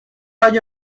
اگه